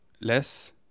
less